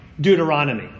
Deuteronomy